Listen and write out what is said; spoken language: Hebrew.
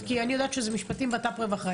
אני יודעת שזה משפטים, ביטחון פנים ורווחה.